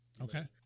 Okay